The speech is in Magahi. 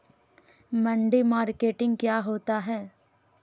मंडी मार्केटिंग क्या होता है?